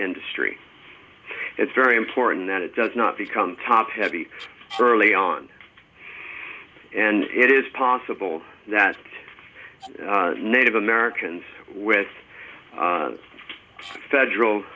industry it's very important that it does not become top heavy early on and it is possible that native americans with federal